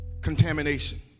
contamination